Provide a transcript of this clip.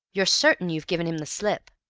you're certain you've given him the slip?